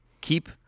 Keep